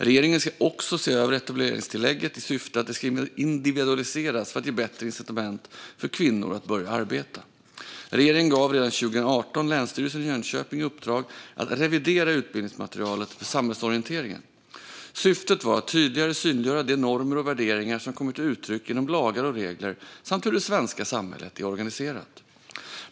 Regeringen ska också se över etableringstillägget i syfte att det ska individualiseras för att ge bättre incitament för kvinnor att börja arbeta. Regeringen gav redan 2018 Länsstyrelsen i Jönköping i uppdrag att revidera utbildningsmaterialet för samhällsorienteringen. Syftet var att tydligare synliggöra de normer och värderingar som kommer till uttryck genom lagar och regler samt hur det svenska samhället är organiserat.